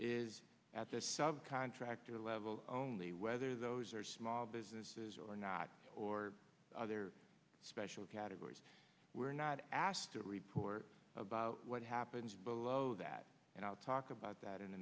is at the sub contractor level only whether those are small businesses or not or are there special categories we're not asked to report about what happens below that and i'll talk about that in a